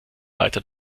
weiter